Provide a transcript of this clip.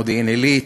מודיעין-עילית,